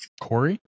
Corey